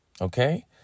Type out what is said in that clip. Okay